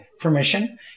permission